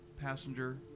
passenger